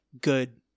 good